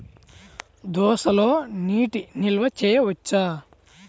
దోసలో నీటి నిల్వ చేయవచ్చా?